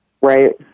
Right